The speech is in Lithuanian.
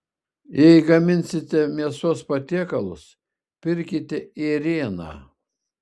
jei gaminsite mėsos patiekalus pirkite ėrieną